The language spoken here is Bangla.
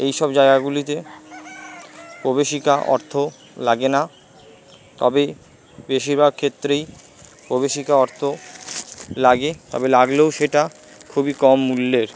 এইসব জায়গাগুলিতে প্রবেশিকা অর্থ লাগে না তবে বেশিরভাগ ক্ষেত্রেই প্রবেশিকা অর্থ লাগে তবে লাগলেও সেটা খুবই কম মূল্যের